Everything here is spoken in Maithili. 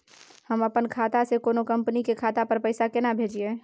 हम अपन खाता से कोनो कंपनी के खाता पर पैसा केना भेजिए?